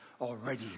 already